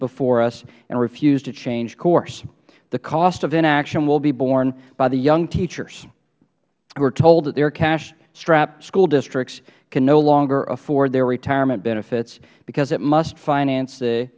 before us and refuse to change course the cost of inaction will be borne by the young teachers who are told that their cash strapped school districts can no longer afford their retirement benefits because it must finance the